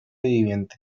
viviente